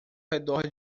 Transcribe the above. redor